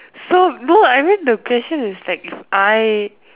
so no I mean the question is like if I